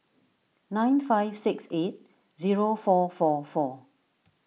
nine five six eight zero four four four